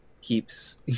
keeps